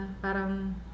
parang